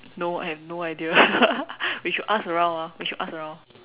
no I have no idea we should ask around ah we should ask around